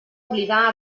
oblidar